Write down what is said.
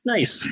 Nice